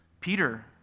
Peter